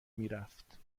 میرفت